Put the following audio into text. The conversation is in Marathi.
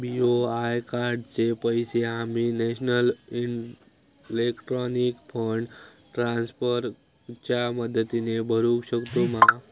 बी.ओ.आय कार्डाचे पैसे आम्ही नेशनल इलेक्ट्रॉनिक फंड ट्रान्स्फर च्या मदतीने भरुक शकतू मा?